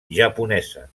japonesa